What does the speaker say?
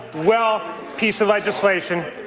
well piece of legislation.